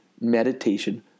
Meditation